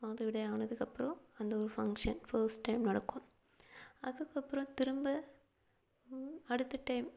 மாதவிடாய் ஆனதுக்கப்பறம் அந்த ஒரு ஃபங்ஷன் ஃபஸ்ட் டைம் நடக்கும் அதுக்கப்புறம் திரும்ப அடுத்த டைம்